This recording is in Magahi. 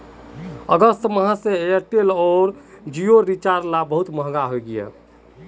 अगस्त माह स एयरटेल आर जिओर रिचार्ज दर महंगा हइ गेल छेक